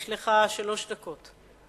יש לך שלוש דקות.